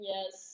Yes